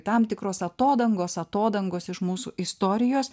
tam tikros atodangos atodangos iš mūsų istorijos